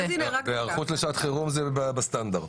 בהיערכות לשעת חירום, זה בסטנדרט.